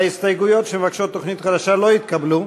ההסתייגויות שמבקשות תוכנית חדשה לא התקבלו.